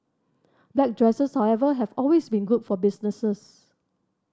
black dresses however have always been good for business